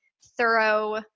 thorough